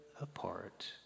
apart